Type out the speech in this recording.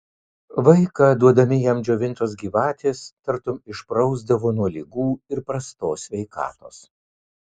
vaiką duodami jam džiovintos gyvatės tartum išprausdavo nuo ligų ir prastos sveikatos